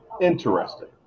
Interesting